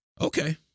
okay